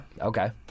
Okay